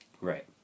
Right